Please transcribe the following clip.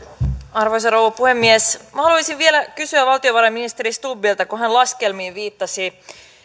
arvoisa rouva puhemies minä haluaisin vielä kysyä valtiovarainministeri stubbilta kun hän laskelmiin viittasi